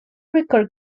record